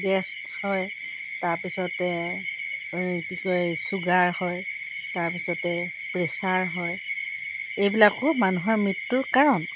gas হয় তাৰপিছতে কি কয় চুগাৰ হয় তাৰপিছতে প্ৰেছাৰ হয় এইবিলাকো মানুহৰ মৃত্যুৰ কাৰণ